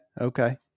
Okay